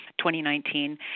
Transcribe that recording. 2019